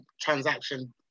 transaction